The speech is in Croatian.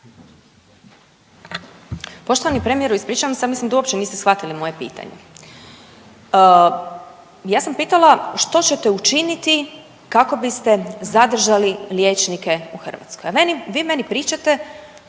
Poštovani premijeru, ispričavam se, ja mislim da uopće niste shvatili moje pitanje. Ja sam pitala što ćete učiniti kako biste zadržali liječnike u Hrvatskoj, a vi meni pričate